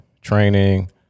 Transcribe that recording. training